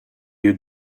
you